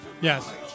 Yes